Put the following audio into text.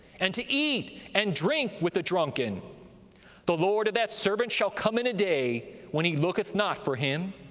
and to eat and drink with the drunken the lord of that servant shall come in a day when he looketh not for him,